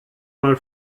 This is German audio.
mal